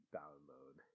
download